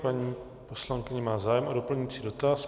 Paní poslankyně má zájem o doplňující dotaz.